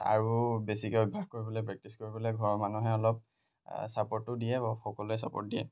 আৰু বেছিকৈ অভ্যাস কৰিবলৈ প্ৰেক্টিচ কৰিবলৈ ঘৰৰ মানুহে অলপ ছাপ'ৰ্টটো দিয়ে বাৰু সকলোৱে ছাপ'ৰ্ট দিয়ে